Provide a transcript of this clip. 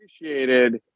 appreciated